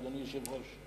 אדוני היושב-ראש.